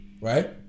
right